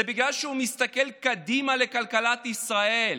זה בגלל שהוא מסתכל קדימה על כלכלת ישראל.